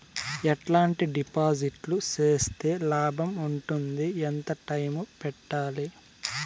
ఎట్లాంటి డిపాజిట్లు సేస్తే లాభం ఉంటుంది? ఎంత టైము పెట్టాలి?